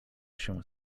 się